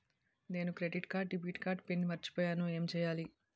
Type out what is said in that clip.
నేను credit card debit card PIN మర్చిపోయేను ఎం చెయ్యాలి?